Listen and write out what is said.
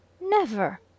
Never